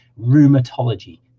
Rheumatology